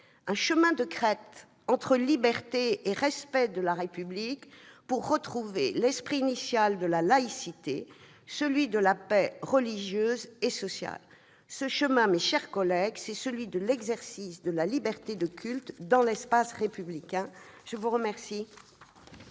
un chemin de crête entre liberté et respect de la République, pour retrouver l'esprit initial de la laïcité, celui de la paix religieuse et sociale. Ce chemin, c'est celui de l'exercice de la liberté de culte dans l'espace républicain. La parole